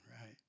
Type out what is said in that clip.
Right